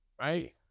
Right